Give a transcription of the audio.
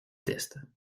test